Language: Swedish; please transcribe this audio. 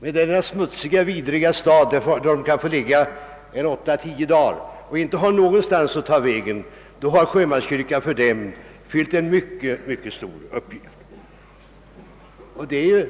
I denna smutsiga, vidriga stad, där sjömännen kan få ligga 3—10 dagar utan att ha någonstans att ta vägen, fyller sjömanskyrkan en mycket stor uppgift.